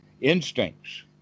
instincts